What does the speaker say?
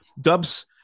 Dubs